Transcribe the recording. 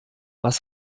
was